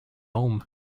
home